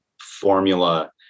formula